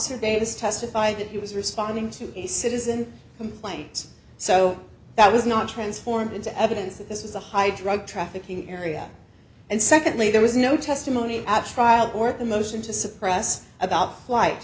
officer davis testified that he was responding to a citizen complaint so that was not transformed into evidence that this was a high drug trafficking area and secondly there was no testimony at trial or a motion to suppress about flight